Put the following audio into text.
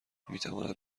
میتواند